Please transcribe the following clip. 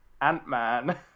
Ant-Man